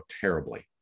terribly